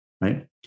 right